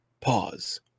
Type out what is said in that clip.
pause